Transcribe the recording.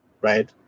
right